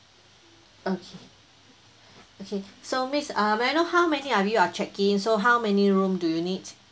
okay okay so miss uh may I know how many are you are checking in so how many room do you need